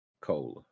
cola